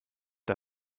der